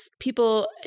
people